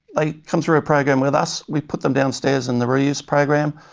like come through a program with us, we put them downstairs in the re-use program.